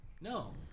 No